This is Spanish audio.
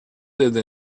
desde